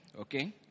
okay